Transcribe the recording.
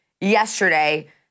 yesterday